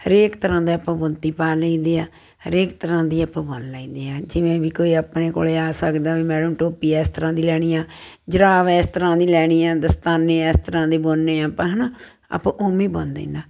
ਹਰੇਕ ਤਰ੍ਹਾਂ ਦਾ ਆਪਾਂ ਬੁਣਤੀ ਪਾ ਲਈ ਦੇ ਆ ਹਰੇਕ ਤਰ੍ਹਾਂ ਦੀ ਆਪਾਂ ਬੁਣ ਲੈਂਦੇ ਹਾਂ ਜਿਵੇਂ ਵੀ ਕੋਈ ਆਪਣੇ ਕੋਲ ਆ ਸਕਦਾ ਵੀ ਮੈਡਮ ਟੋਪੀ ਇਸ ਤਰ੍ਹਾਂ ਦੀ ਲੈਣੀ ਆ ਜੁਰਾਬ ਇਸ ਤਰ੍ਹਾਂ ਦੀ ਲੈਣੀ ਆ ਦਸਤਾਨੇ ਇਸ ਤਰ੍ਹਾਂ ਦੇ ਬੁਣਨੇ ਆ ਆਪਾਂ ਹੈ ਨਾ ਆਪਾਂ ਉਵੇਂ ਹੀ ਬੁਣ ਦੇਈ ਦਾ